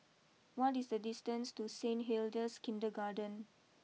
what is the distance to Saint Hildas Kindergarten